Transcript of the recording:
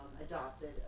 adopted